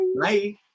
Bye